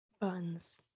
buns